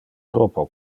troppo